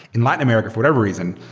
in latin america, for whatever reason,